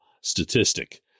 statistic